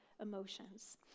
emotions